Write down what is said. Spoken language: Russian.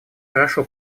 хорошо